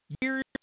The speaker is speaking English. Years